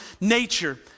nature